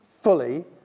fully